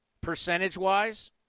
percentage-wise